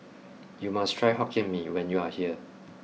you must try hokkien me when you are here